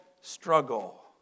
struggle